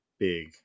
big